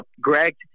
greg